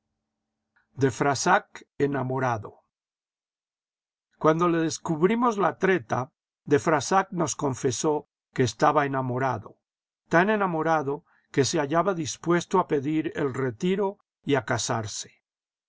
de frassac enamorado cuando le descubrimos la treta de frassac nos confesó que estaba enamorado tan enamorado que se hallaba dispuesto a pedir el retiro y a casarse